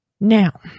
Now